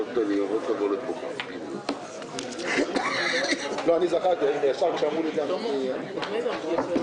בוקר טוב, אני מתכבד לפתוח את ישיבת ועדת הכספים.